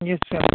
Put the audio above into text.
yes sir